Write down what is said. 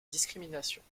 discriminations